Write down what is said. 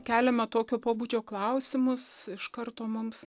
keliame tokio pobūdžio klausimus iš karto mums